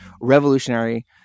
revolutionary